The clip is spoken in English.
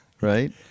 right